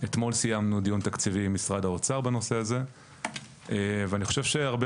אתמול סיימנו דיון תקציבי עם משרד האוצר בנושא הזה ואני חושב שהרבה